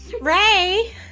Ray